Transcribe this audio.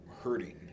hurting